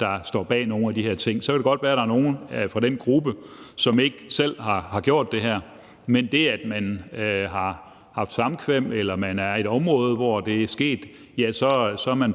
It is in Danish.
der står bag nogle af de her ting. Så kan det godt være, at der er nogle fra den gruppe, som ikke selv har gjort det her, men det, at de har haft samkvem med dem eller er i et område, hvor det er sket, gør, at man